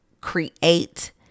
create